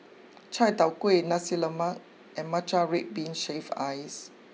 Chai tow Kuay Nasi Lemak and Matcha Red Bean Shaved Ice